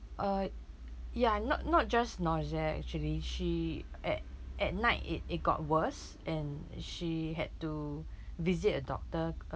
uh ya not not just nausea actually she at at night it it got worse and she had to visit a doctor